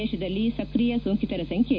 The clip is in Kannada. ದೇಶದಲ್ಲಿ ಸಕ್ರಿಯ ಸೋಂಕಿತರ ಸಂಖ್ಯೆ